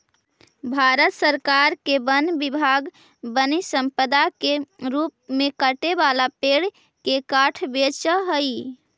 भारत सरकार के वन विभाग वन्यसम्पदा के रूप में कटे वाला पेड़ के काष्ठ बेचऽ हई